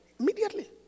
Immediately